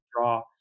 draw